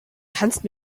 kannst